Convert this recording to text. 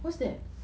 what's that